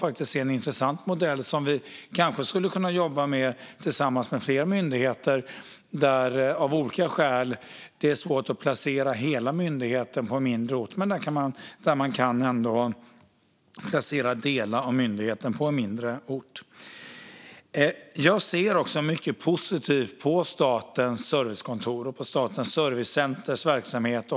Det är en intressant modell som vi kanske skulle kunna använda för fler myndigheter i fall där det av olika skäl är svårt att placera hela myndigheten på en mindre ort. Då kan man kanske ändå placera delar av myndigheten på en mindre ort. Jag ser mycket positivt på statens servicekontor och på Statens servicecenters verksamhet.